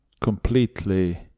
completely